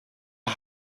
are